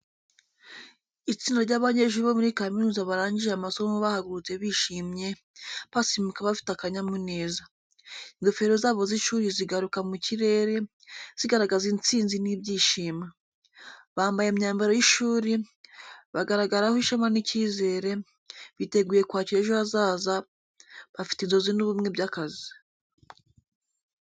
Itsinda ry’abanyeshuri bo muri kaminuza barangije amasomo bahagurutse bishimye, basimbuka bafite akanyamuneza. Ingofero zabo z’ishuri ziguruka mu kirere, zigaragaza intsinzi n’ibyishimo. Bambaye imyambaro y’ishuri, bagaragaraho ishema n’icyizere, biteguye kwakira ejo hazaza bafite inzozi n’ubumwe bw'akazi.